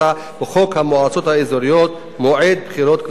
וחוק המועצות האזוריות (מועד בחירות כלליות).